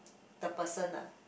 the person lah